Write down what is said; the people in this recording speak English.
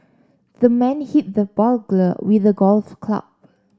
the man hit the burglar with a golf club